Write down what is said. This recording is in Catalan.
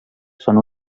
són